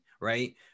right